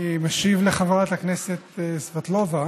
אני משיב לחברת הכנסת סבטלובה